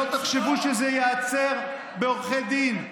ושלא תחשבו שזה ייעצר בעורכי דין,